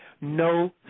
No